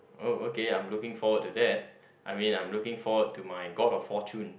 oh okay I am looking forward to that I mean I am looking forward to my god of fortune